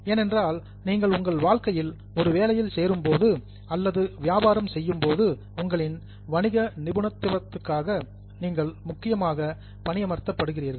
ஏனென்றால் நீங்கள் உங்கள் வாழ்க்கையில் ஒரு வேலையில் சேரும் போது அல்லது வியாபாரம் செய்யும் போது உங்களின் வணிக நிபுணத்துவத்திற்காக நீங்கள் முக்கியமாக பணியமர்த்த படுகிறீர்கள்